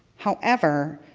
however,